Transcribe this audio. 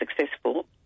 successful